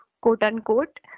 quote-unquote